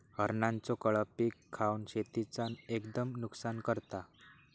हरणांचो कळप पीक खावन शेतीचा एकदम नुकसान करता